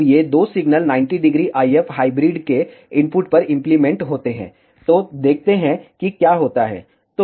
अब ये दो सिग्नल 90° IF हाइब्रिड के इनपुट पर इम्प्लीमेंट होते हैं तो देखते हैं कि क्या होता है